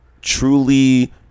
truly